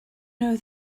know